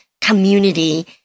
community